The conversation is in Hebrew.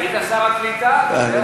היית שר הקליטה, אתה יודע.